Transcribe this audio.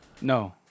No